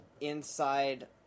inside